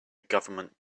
government